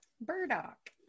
Burdock